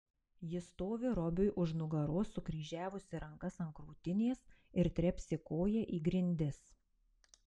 ji stovi robiui už nugaros sukryžiavusi rankas ant krūtinės ir trepsi koja į grindis